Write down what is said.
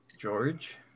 George